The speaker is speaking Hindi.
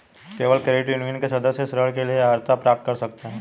केवल क्रेडिट यूनियन के सदस्य ही ऋण के लिए अर्हता प्राप्त कर सकते हैं